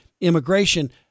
immigration